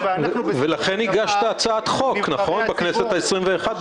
ואנחנו בסופו של דבר --- לכן הגשת הצעת החוק בנושא בכנסת ה-21?